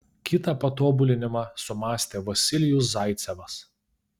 kitą patobulinimą sumąstė vasilijus zaicevas